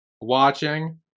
watching